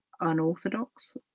unorthodox